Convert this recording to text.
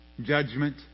judgment